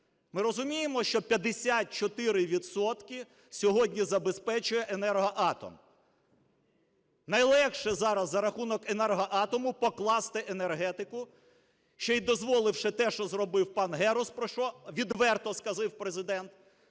Ми розуміємо, що 54 відсотки сьогодні забезпечує "Енергоатом". Найлегше зараз за рахунок "Енергоатому" покласти енергетику, ще і дозволивши те, що зробив пан Герус, про що відверто сказав Президент,